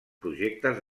projectes